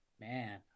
Man